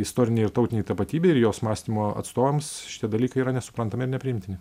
istorinei ir tautinei tapatybei ir jos mąstymo atstovams šitie dalykai yra nesuprantami ir nepriimtini